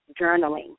journaling